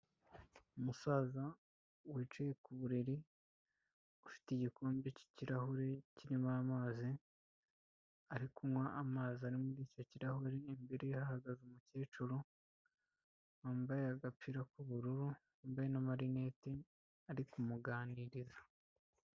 Umusaza wicaye ku buriri ufite igikombe cy'kirahure kirimo amazi, ari kunywa amazi ari muri icyo kirahure, imbere ye hahagaze umukecuru wambaye agapira k'ubururu n'amarinete ari kumuganiriza.